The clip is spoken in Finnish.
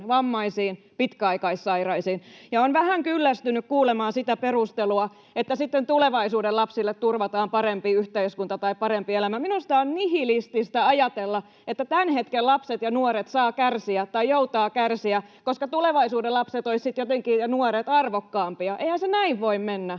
vammaisiin, pitkäaikaissairaisiin. Olen vähän kyllästynyt kuulemaan sitä perustelua, että sitten tulevaisuuden lapsille turvataan parempi yhteiskunta tai parempi elämä. Minusta on nihilististä ajatella, että tämän hetken lapset ja nuoret joutavat kärsiä, koska tulevaisuuden lapset ja nuoret olisivat sitten jotenkin arvokkaampia. Eihän se näin voi mennä.